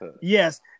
Yes